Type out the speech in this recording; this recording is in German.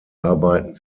arbeiten